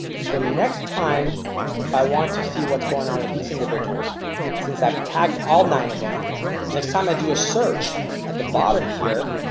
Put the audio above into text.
so next time if i want to see what's going on with these individuals since i've tagged all nine of them next time. i do a search at the bottom here.